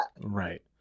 right